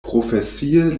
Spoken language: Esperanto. profesie